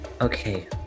okay